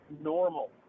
normal